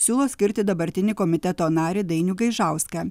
siūlo skirti dabartinį komiteto narį dainių gaižauską